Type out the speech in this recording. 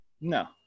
no